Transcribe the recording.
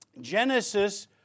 Genesis